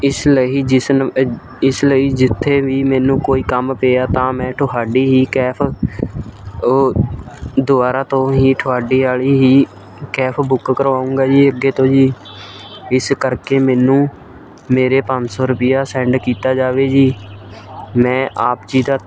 ਇਸ ਲਈ ਜਿਸ ਨ ਇਸ ਲਈ ਜਿੱਥੇ ਵੀ ਮੈਨੂੰ ਕੋਈ ਕੰਮ ਪਿਆ ਤਾਂ ਮੈਂ ਤੁਹਾਡੀ ਹੀ ਕੈਫ ਦੁਬਾਰਾ ਤੋਂ ਹੀ ਤੁਹਾਡੇ ਵਾਲੀ ਹੀ ਕੈਫ ਬੁੱਕ ਕਰਵਾਊਂਗਾ ਜੀ ਅੱਗੇ ਤੋਂ ਜੀ ਇਸ ਕਰਕੇ ਮੈਨੂੰ ਮੇਰੇ ਪੰਜ ਸੌ ਰੁਪਈਆ ਸੈਂਡ ਕੀਤਾ ਜਾਵੇ ਜੀ ਮੈਂ ਆਪ ਜੀ ਦਾ